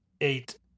eight